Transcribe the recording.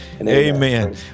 Amen